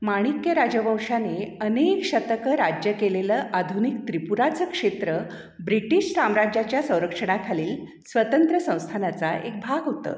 माणिक्य राजवंशाने अनेक शतकं राज्य केलेलं आधुनिक त्रिपुराचं क्षेत्र ब्रिटिश साम्राज्याच्या संरक्षणाखालील स्वतंत्र संस्थानाचा एक भाग होतं